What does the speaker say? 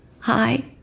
Hi